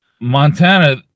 Montana